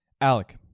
Alec